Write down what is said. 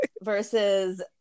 versus